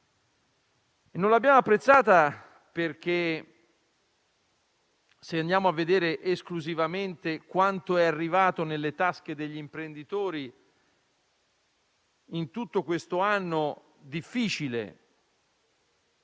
Non l'abbiamo apprezzato perché, se andiamo a vedere esclusivamente quanto è arrivato nelle tasche degli imprenditori in tutto questo anno difficile,